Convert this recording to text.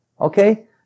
okay